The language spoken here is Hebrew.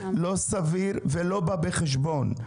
לא סביר ולא בא בחשבון.